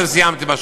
סיימתי.